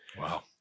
Wow